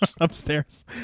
upstairs